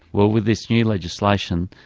well with this new legislation,